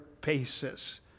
basis